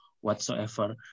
whatsoever